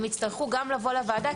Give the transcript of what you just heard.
הם יצטרכו גם לבוא לוועדה,